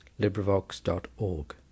LibriVox.org